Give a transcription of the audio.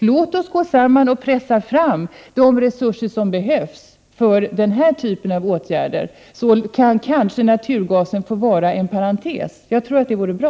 Låt oss gå samman och pressa fram de resurser som behövs för den här typen av åtgärder. Då kan kanske naturgasen bli en parentes. Jag tror att det vore bra.